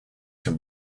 can